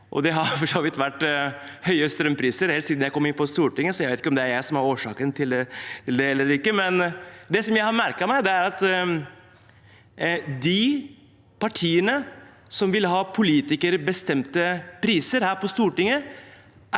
så vidt vært høye strømpriser helt siden jeg kom inn på Stortinget, så jeg vet ikke om det er jeg som er årsaken til det eller ikke – at de partiene som vil ha politikerbestemte priser her på Stortinget,